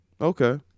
Okay